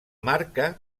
marca